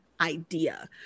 idea